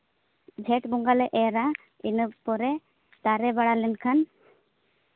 ᱡᱷᱮᱸᱴ ᱵᱚᱸᱜᱟᱞᱮ ᱮᱨᱟ ᱤᱱᱟᱹ ᱯᱚᱨᱮ ᱫᱟᱨᱮ ᱵᱟᱲᱟ ᱞᱮᱱᱠᱷᱟᱱ